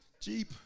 Jeep